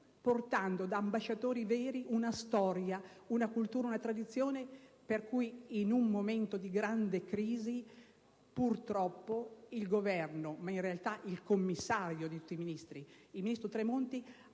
da veri ambasciatori, una storia, una cultura e una tradizione. In un momento di grande crisi purtroppo il Governo, ma in realtà il commissario di tutti i Ministri, il ministro Tremonti,